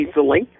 easily